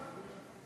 אותם,